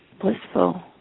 blissful